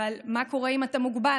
אבל מה קורה אם אתה מוגבל?